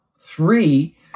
three